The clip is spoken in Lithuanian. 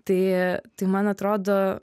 tai tai man atrodo